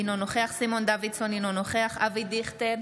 אינו נוכח סימון דוידסון, אינו נוכח אבי דיכטר,